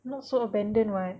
not so abandoned [what]